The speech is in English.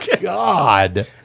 God